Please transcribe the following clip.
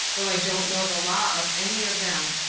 though i don't know the law of any of them.